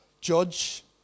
judge